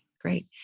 Great